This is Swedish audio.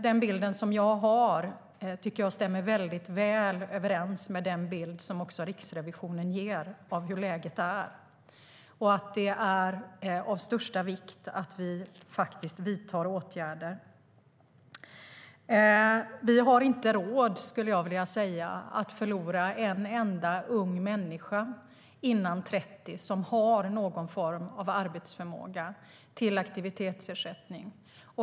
Den bild jag har stämmer väldigt väl överens med den bild som Riksrevisionen ger av hur läget är. Det är av största vikt att vi vidtar åtgärder. Vi har inte råd att förlora en enda ung människa under 30 år som har någon form av arbetsförmåga till aktivitetsersättning.